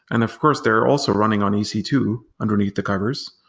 and of course they're also running on e c two underneath the covers,